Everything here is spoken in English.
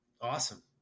awesome